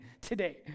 today